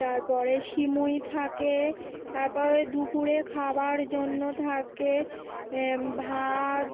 তারপরে সিমুই থাকে তারপরে দুপুরে খাবার জন্য থাকে এ ভাত